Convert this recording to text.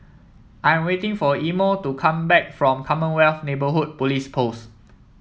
I'm waiting for Imo to come back from Commonwealth Neighbourhood Police Post